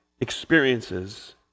experiences